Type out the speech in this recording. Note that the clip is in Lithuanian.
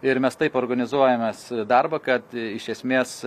ir mes taip organizuojamės darbą kad iš esmės